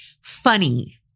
funny